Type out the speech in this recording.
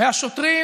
השוטרים